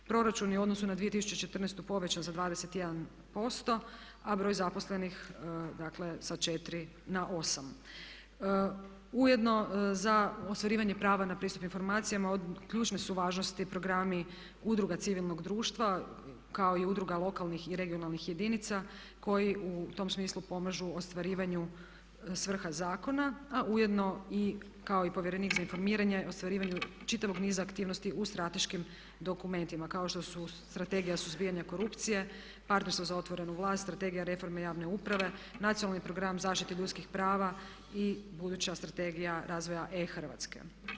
Proračun je u odnosu na 2014. povećan za 21% a broj zaposlenih dakle sa 4 na 8. Ujedno za ostvarivanje prava na pristup informacijama od ključne su važnosti programi udruga civilnog društva kao i udruga lokalnih i regionalnih jedinica koji u tom smislu pomažu ostvarivanju svrha zakona a ujedno i kao i povjerenik za informiranje ostvarivanju čitavog niza aktivnosti u strateškim dokumentima kao što su Strategija suzbijanja korupcije, partnerstvo za otvornu vlast, strategija reforme javne uprave, nacionalni program zaštite ljudskih prava i buduća strategija razvoja e-Hrvatske.